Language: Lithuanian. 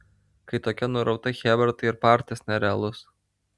kai tokia nurauta chebra tai ir partis nerealus